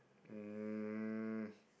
um